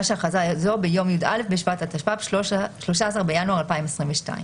של הכרזה זו ביום "י"א בשבט התשפ"ב (13 בינואר 2022)"."